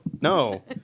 No